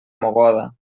mogoda